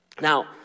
Now